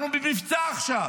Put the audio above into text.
אנחנו במבצע עכשיו.